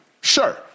sure